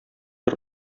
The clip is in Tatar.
бер